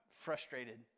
frustrated